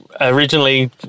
Originally